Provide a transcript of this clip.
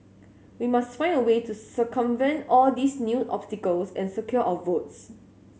we must find a way to circumvent all these new obstacles and secure our votes